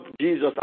Jesus